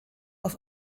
auf